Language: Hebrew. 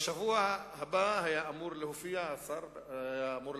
בשבוע הבא היה אמור להופיע השר בוועדה,